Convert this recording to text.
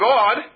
God